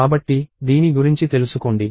కాబట్టి దీని గురించి తెలుసుకోండి